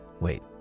Wait